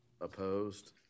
Opposed